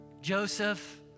Joseph